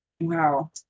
wow